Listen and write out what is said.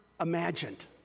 imagined